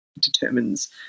determines